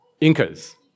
Incas